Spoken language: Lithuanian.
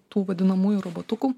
tų vadinamųjų robotukų